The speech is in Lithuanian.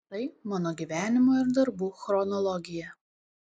tai mano gyvenimo ir darbų chronologija